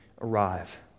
arrive